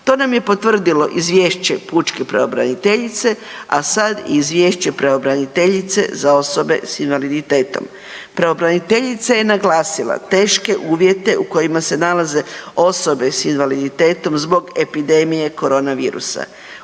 To nam je potvrdilo izvješće pučke pravobraniteljice, a sad i izvješće pravobraniteljice za osobe s invaliditetom. Pravobraniteljica je naglasila teške uvjete u kojima se nalaze osobe s invaliditetom zbog epidemije korona virusa.